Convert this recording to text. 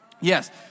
Yes